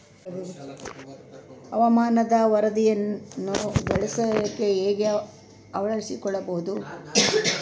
ಹವಾಮಾನದ ವರದಿಯನ್ನು ಬೇಸಾಯಕ್ಕೆ ಹೇಗೆ ಅಳವಡಿಸಿಕೊಳ್ಳಬಹುದು?